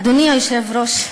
אדוני היושב-ראש,